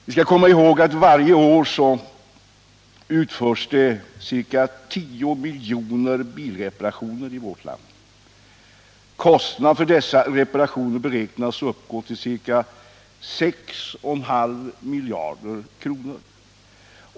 Vi skall komma ihåg att det varje år utförs ca 10 miljoner bilreparationer i vårt land. Kostnaderna för dessa reparationer beräknas uppgå till ca 6,5 miljarder kronor.